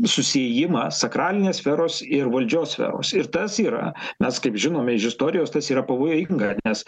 susiejimą sakralinės sferos ir valdžios sferos ir tas yra mes kaip žinome iš istorijos tas yra pavojinga nes